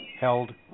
held